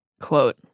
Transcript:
Quote